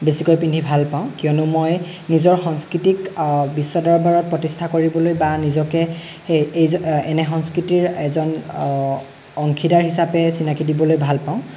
বেছিকৈ পিন্ধি ভালপাওঁ কিয়নো মই নিজৰ সংস্কৃতিক বিশ্ব দৰবাৰত প্ৰতিষ্ঠা কৰিবলৈ বা নিজকে সেই এ এনে সংস্কৃতিৰ এজন অংশীদাৰ হিচাপে চিনাকি দিবলৈ ভাল পাওঁ